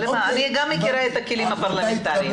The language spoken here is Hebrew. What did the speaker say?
אני גם מכירה את הכלים הפרלמנטריים.